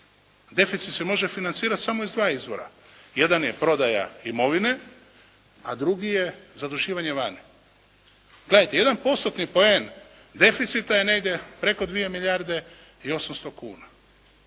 Deficit se može financirati samo iz dva izvora. Jedan je prodaja imovine, a drugi je zaduživanje vani. Gledajte, jedan postotni poen deficita je negdje preko 2 milijarde i 800 kuna.